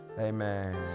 Amen